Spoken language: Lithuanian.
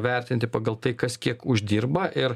vertinti pagal tai kas kiek uždirba ir